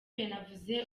yanavuze